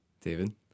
David